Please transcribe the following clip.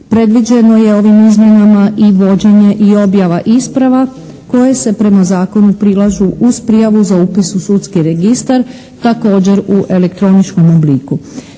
predviđeno je ovim izmjenama i vođenje i objava isprava koje se prema zakonu prilažu uz prijavu za upis u sudski registar također u elektroničkom obliku.